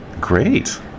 Great